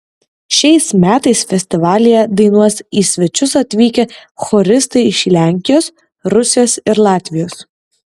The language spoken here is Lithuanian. šiais metais festivalyje dainuos į svečius atvykę choristai iš lenkijos rusijos ir latvijos